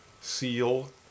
seal